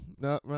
No